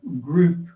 group